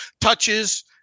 touches